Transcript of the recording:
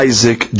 Isaac